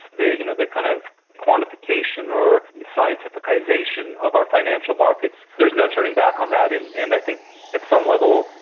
the you know the kind of quantification or scientificisation of our financial markets, there's no turning back on that, and and i think at some level,